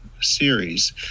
series